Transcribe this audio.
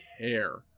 care